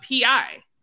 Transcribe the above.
PI